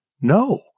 No